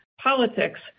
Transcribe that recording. politics